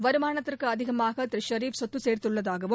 வருமானத்துக்கு அதிகமாக திரு ஷெரீரப் சொத்து சேர்துள்ளதாகவும்